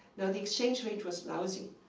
now, the exchange rate was lousy.